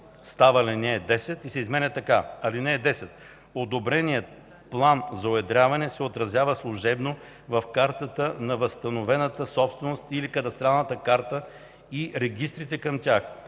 става ал. 10 и се изменя така: „(10) Одобреният план за уедряване се отразява служебно в картата на възстановената собственост или кадастралната карта и регистрите към тях.